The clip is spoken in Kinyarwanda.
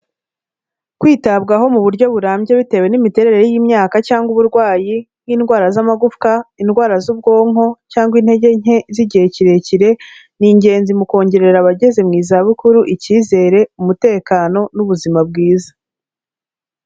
Kwitabwaho mu buryo burambye bitewe n'imiterere y'imyaka cyangwa uburwayi, nk'indwara z'amagufwa, indwara z'ubwonko cyangwa intege nke z'igihe kirekire, ni ingenzi mu kongerera abageze mu zabukuru icyizere, umutekano, n'ubuzima bwiza.